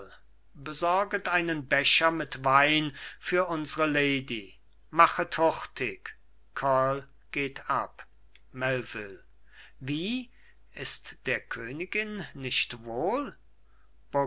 besorget einen becher mit wein für unsre lady machet hurtig kurl geht ab melvil wie ist der königin nicht wohl